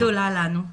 זכות גדולה לנו.